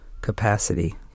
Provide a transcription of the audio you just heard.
capacity